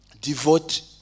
Devote